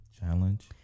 challenge